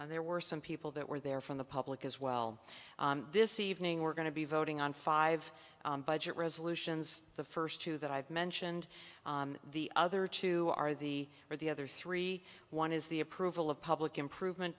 councillors there were some people that were there from the public as well this evening we're going to be voting on five budget resolutions the first two that i've mentioned the other two are the or the other three one is the approval of public improvement